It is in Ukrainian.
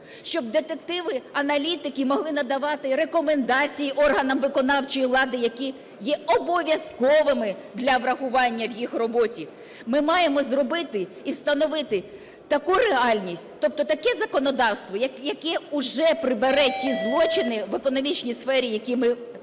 щоби детективи-аналітики могли надавати рекомендації органам виконавчої влади, які є обов'язковими для врахування в їх роботі. Ми маємо зробити і встановити таку реальність, тобто таке законодавство, яке уже прибере ті злочини в економічній сфері, які ми створюємо.